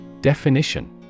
Definition